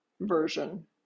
version